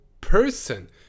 person